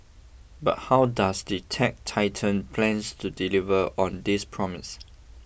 but how does the tech titan plans to deliver on this promise